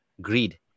greed